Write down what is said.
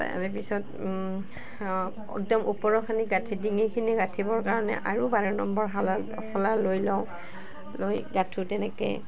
তাৰেপিছত একদম ওপৰখিনি গাঁঠি ডিঙিৰখিনি গাঁঠিবৰ কাৰণে আৰু বাৰ নম্বৰ শালা শলা লৈ লওঁ লৈ গাঁঠোঁ তেনেকৈ